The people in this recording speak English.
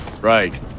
Right